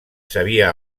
sabia